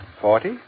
forty